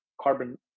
carbon